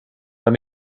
let